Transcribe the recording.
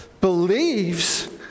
believes